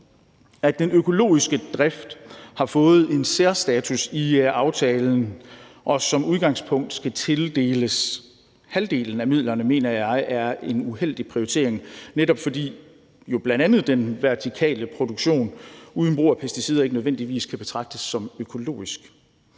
At den økologiske drift har fået en særstatus i aftalen og som udgangspunkt skal tildeles halvdelen af midlerne, mener jeg er en uheldig prioritering, netop fordi bl.a. den vertikale produktion, der ikke bruger pesticider, jo ikke nødvendigvis kan betragtes som økologisk.